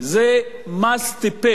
זה מס טיפש,